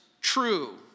true